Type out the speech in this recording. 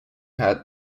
had